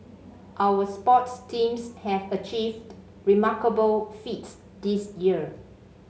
our sports teams have achieved remarkable feats this year